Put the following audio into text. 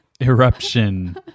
Eruption